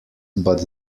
but